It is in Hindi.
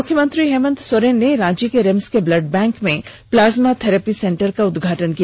मुख्यमंत्री हेमंत सोरेन ने रांची के रिम्स के ब्लड बैंक में प्लाज्मा थेरेपी सेन्टर का उदघाटन किया